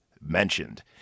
mentioned